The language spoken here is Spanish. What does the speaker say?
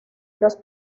los